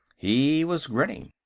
he was grinning.